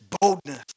boldness